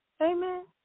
Amen